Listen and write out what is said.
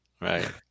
Right